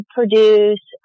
produce